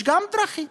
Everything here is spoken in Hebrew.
יש דרכים.